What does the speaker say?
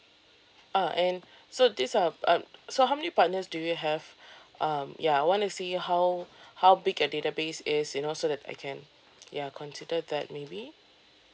uh and so this are um so how many partners do you have um ya I want to see how how big your database is you know so that I can ya consider that maybe